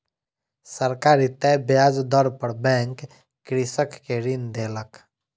सरकारी तय ब्याज दर पर बैंक कृषक के ऋण देलक